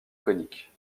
conique